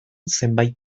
zenbait